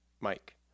Mike